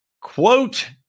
quote